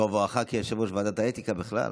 בכובעך כיושב-ראש ועדת האתיקה, בכלל.